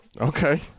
okay